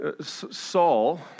Saul